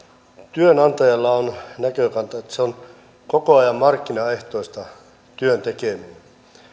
työnantajalla on näkökanta että työn tekeminen on koko ajan markkinaehtoista että maailma